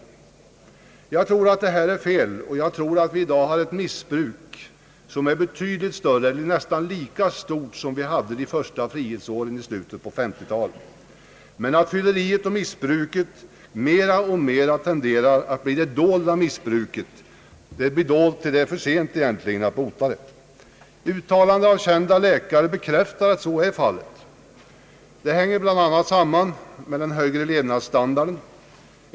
Jag tror att detta är fel. Jag tror att vi i dag har eit missbruk som är betydligt större eller nästan lika stort som det vi hade under de första frihetsåren i slutet på 1950-talet, och jag tror att fylleriet och missbruket mera och mera tenderar att bli det dolda missbruket, det blir dolt tills det är för sent att bota det. Uttalanden av kända läkare bekräftar att så är fallet. Det hänger bl.a. samman med den höjda levnadsstandarden.